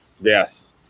Yes